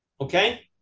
Okay